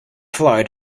floyd